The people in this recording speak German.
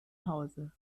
hause